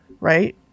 right